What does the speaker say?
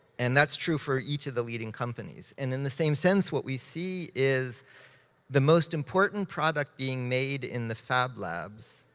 and that's true for each of the leading companies. and in the same sense, what we see is the most important product being made in the fab labs,